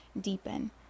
deepen